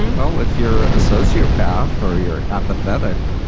well, if you're a sociopath or you're apathetic,